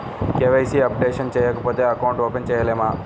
KYC updation చేయకపోతే account open చేయలేమా?